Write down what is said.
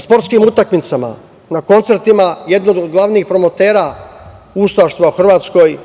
sportskim utakmicama, na koncertima, jedan od glavnih promotera ustaštva u Hrvatskoj,